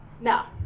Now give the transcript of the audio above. No